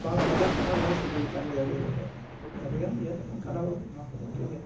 ᱵᱟᱝ ᱵᱷᱟᱡᱟ ᱠᱟᱛᱮᱫ ᱦᱚᱸ ᱱᱚᱣᱟ ᱫᱚ ᱥᱤᱵᱤᱞ ᱠᱟᱱ ᱜᱮᱭᱟ ᱟᱹᱰᱤᱜᱟᱱ ᱤᱭᱟᱹ ᱫᱚ ᱵᱟᱝ ᱠᱟᱱᱟ ᱵᱟᱹᱵᱩ ᱱᱚᱣᱟ ᱠᱚᱫᱚ ᱴᱷᱤᱠ ᱜᱮᱭᱟ